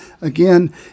again